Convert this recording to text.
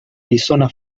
arizona